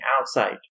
outside